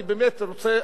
אני באמת רוצה,